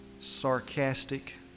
Sarcastic